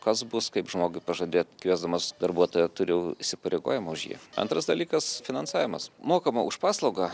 kas bus kaip žmogui pažadėt kviesdamas darbuotoją turiu įsipareigojimą už jį antras dalykas finansavimas mokama už paslaugą